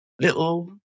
little